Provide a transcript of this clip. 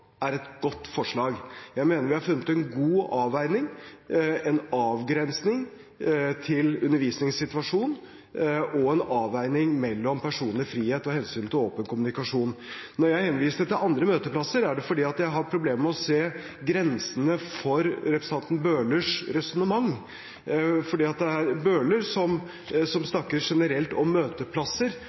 godt forslag. Jeg mener at vi har funnet en god avgrensning til undervisningssituasjonen og en avveining mellom personlig frihet og hensynet til åpen kommunikasjon. Når jeg henviste til andre møteplasser, var det fordi jeg har problemer med å se grensene for representanten Bøhlers resonnement, for det er Bøhler som snakker generelt om møteplasser, og da er spørsmålet på hvilke andre møteplasser